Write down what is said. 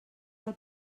del